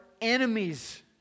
enemies